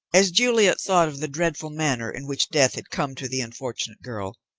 as juliet thought of the dreadful manner in which death had come to the unfortunate girl,